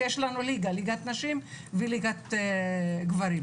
ויש לנו ליגת נשים וליגת גברים.